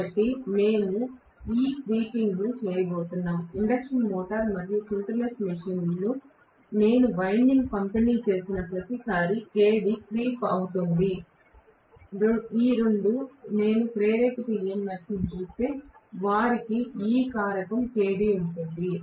కాబట్టి మేము ఈ క్రీపింగ్ చేయబోతున్నాం ఇండక్షన్ మోటారు మరియు సింక్రోనస్ మెషీన్లలో నేను వైండింగ్ పంపిణీ చేసిన ప్రతిసారీ Kd క్రీప్ అవుతుంది రెండూ నేను ప్రేరేపిత EMF ను చూస్తే వారికి ఈ కారకం Kd ఉంటుంది